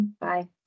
Bye